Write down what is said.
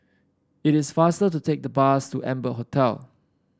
it is faster to take the bus to Amber Hotel